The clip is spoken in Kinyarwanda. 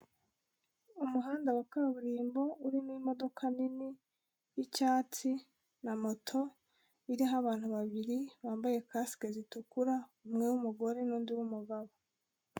Umuhanda wa kaburimbo urimo imodoka nini y'icyatsi, na moto iriho abantu babiri bambaye kasike zitukura, umwe w'umugore n'undi w'umugabo.